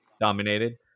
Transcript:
dominated